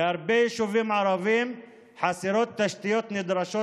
בהרבה יישובים ערביים חסרות תשתיות נדרשות